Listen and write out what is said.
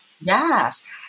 Yes